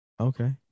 Okay